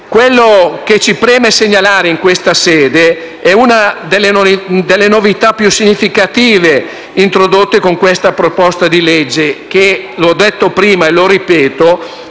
Quella che ci preme segnalare in questa sede è una delle novità più significative introdotte con questa proposta di legge che, come ho detto prima e ripeto,